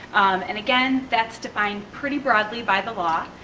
and again, that's defined pretty broadly by the law.